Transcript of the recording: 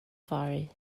fory